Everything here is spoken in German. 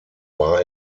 war